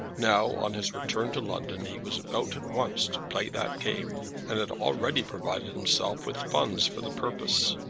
now, on his return to london, he was about at once to play that game, and had already provided himself with funds for the purpose.